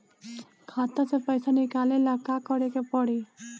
खाता से पैसा निकाले ला का का करे के पड़ी?